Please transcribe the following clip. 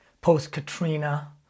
post-Katrina